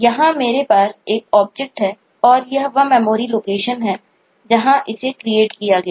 यहां मेरे पास एक ऑब्जेक्ट किया गया है